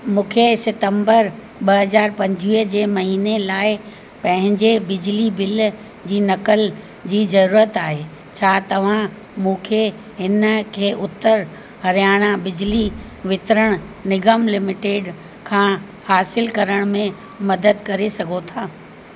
मूंखे सितंबर ॿ हज़ार पंजुवीह जे महीने लाइ पंहिंजे बिजली बिल जी नकल जी ज़रूरत आहे छा तव्हां मूंखे हिन खे उत्तर हरियाणा बिजली वितरण निगम लिमिटेड खां हासिलु करण में मदद करे सघो था